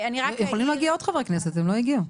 יכולים להגיע עוד חברי כנסת, הם לא הגיעו.